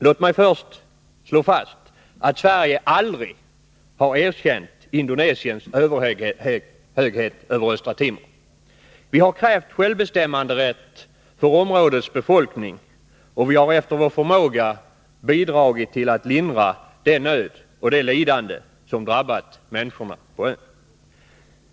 Låt mig först slå fast att Sverige aldrig har erkänt Indonesiens överhöghet över Östra Timor. Vi har krävt självbestämmanderätt för områdets befolkning, och vi har efter vår förmåga bidragit till att lindra den nöd och det lidande som drabbat människorna på ön.